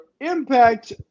impact